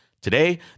Today